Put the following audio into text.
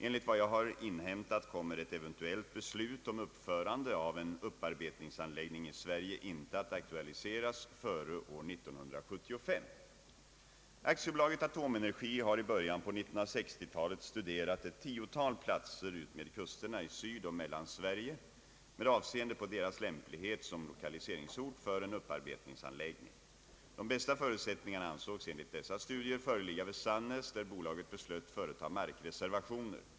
Enligt vad jag har inhämtat kommer ett eventuellt beslut om uppförande av en upparbetningsanläggning i Sverige inte att aktualiseras före år 1975. AB Atomenergi har i början på 1960 talet studerat ett tiotal platser utmed kusterna i Sydoch Mellansverige med avseende på deras lämplighet som lokaliseringsort för en upparbetningsanläggning. De bästa förutsättningarna ansågs enligt dessa studier föreligga vid Sannäs, där bolaget beslöt företa markreservationer.